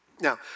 Now